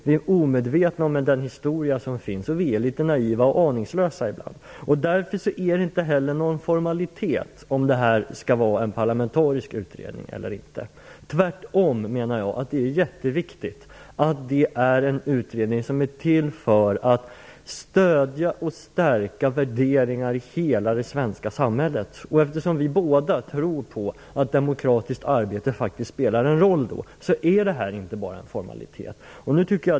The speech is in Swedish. Vi är omedvetna om den historia som finns, och vi är litet naiva och aningslösa ibland. Därför är det inte heller någon formalitet om det skall vara en parlamentarisk utredning eller inte. Jag menar tvärtom att det är jätteviktigt att det är en utredning som är till för att stödja och stärka värderingar i hela det svenska samhället. Eftersom vi båda tror på att demokratiskt arbete faktiskt spelar en roll är det inte bara en formalitet.